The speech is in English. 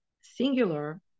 singular